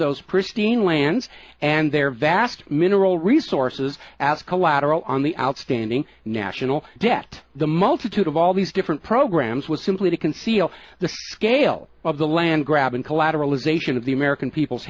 those pristine lands and their vast mineral resources as collateral on the outstanding national debt the multitude of all these different programs was simply to conceal the scale of the land grab and collateral as a share of the american people's